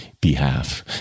behalf